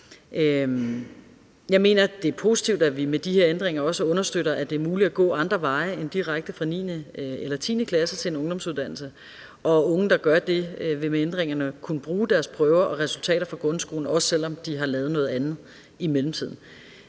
Jeg mener, det er positivt, at vi med de her ændringer også understøtter, at det er muligt at gå andre veje end direkte fra 9. eller 10. klasse til en ungdomsuddannelse, og at unge, der gør det, med ændringerne vil kunne bruge deres prøver og resultater fra grundskolen, også selv om de har lavet noget andet i mellemtiden.